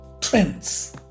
trends